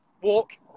Walk